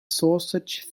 sausage